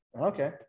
okay